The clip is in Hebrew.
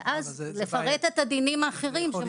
ואז לפרט את הדינים האחרים שמוציאים.